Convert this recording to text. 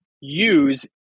use